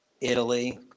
Italy